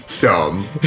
dumb